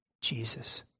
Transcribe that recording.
Jesus